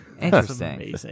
Interesting